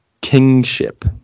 kingship